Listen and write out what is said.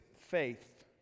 faith